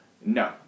No